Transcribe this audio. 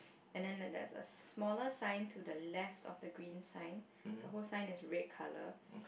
and then there there's a smaller sign to the left of the green sign the whole sign is red colour